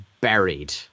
buried